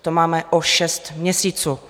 To máme o šest měsíců.